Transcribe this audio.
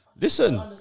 Listen